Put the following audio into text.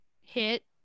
hit